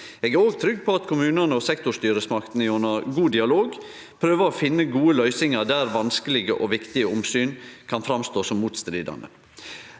Eg er òg trygg på at kommunane og sektorstyresmaktene gjennom god dialog prøver å finne gode løysingar der vanskelege og viktige omsyn kan framstå som motstridande.